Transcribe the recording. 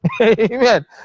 amen